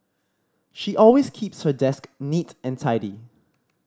she always keeps her desk neat and tidy